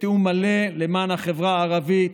בתיאום מלא, למען החברה הערבית,